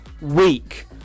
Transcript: Weak